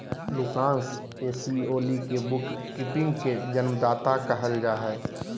Lucas Pacioli के book keeping के जन्मदाता कहल जा हइ